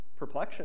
perplexion